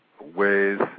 ways